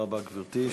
תודה רבה, גברתי.